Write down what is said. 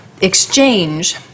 exchange